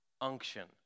unction